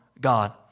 God